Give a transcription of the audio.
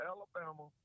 Alabama